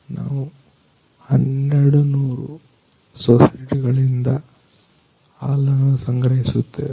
ನಾವು 1200 ಸೊಸೈಟಿ ಗಳಿಂದ ಹಾಲನ್ನ ಸಂಗ್ರಹಿಸುತ್ತೇವೆ